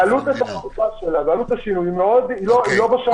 עלות התחזוקה ועלות השינויים הם לא בשמים.